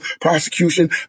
prosecution